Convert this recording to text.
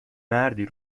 مردی